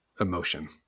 emotion